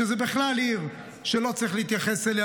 שזאת בכלל עיר שלא צריך להתייחס אליה,